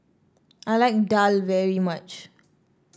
I like daal very much